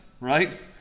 right